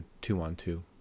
two-on-two